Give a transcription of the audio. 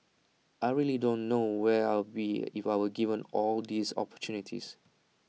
I really don't know where I'll be if I weren't given all these opportunities